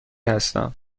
هستم